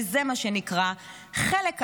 זה מה שנקרא חלק א'